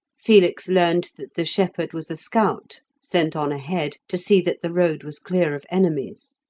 felix learned that the shepherd was a scout sent on ahead to see that the road was clear of enemies.